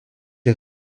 est